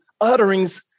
utterings